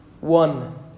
one